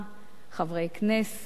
חברי כנסת,